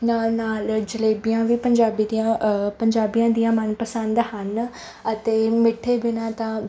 ਨਾਲ ਨਾਲ ਜਲੇਬੀਆਂ ਵੀ ਪੰਜਾਬੀ ਦੀਆਂ ਪੰਜਾਬੀਆਂ ਦੀਆਂ ਮਨ ਪਸੰਦ ਹਨ ਅਤੇ ਮਿੱਠੇ ਬਿਨਾਂ ਤਾਂ